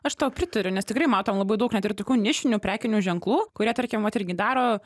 aš tau pritariu nes tikrai matom labai daug net ir tokių nišinių prekinių ženklų kurie tarkim vat irgi daro